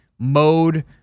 Mode